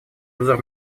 обзор